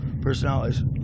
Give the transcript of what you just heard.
personalities